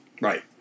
Right